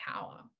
power